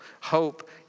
hope